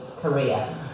Korea